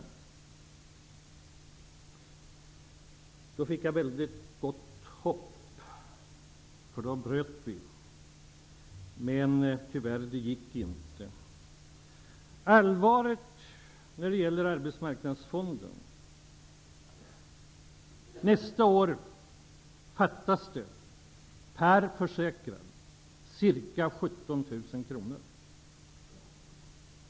Jag fick mycket gott hopp, för då bröt vi. Men det gick tyvärr inte. Det är allvar när det gäller Arbetsmarknadsfonden. Nästa år fattas det ca 17 000 kr per försäkrad.